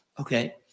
Okay